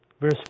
Verse